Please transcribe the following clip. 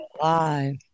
alive